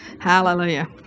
Hallelujah